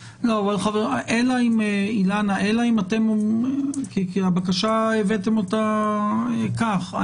אילנה, הבאתם את הבקשה כך.